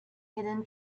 hidden